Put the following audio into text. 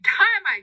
time